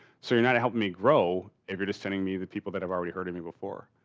so, you're not helping me grow. if you're just sending me the people that have already heard of me before.